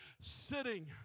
sitting